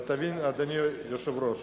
ותבין, אדוני היושב-ראש,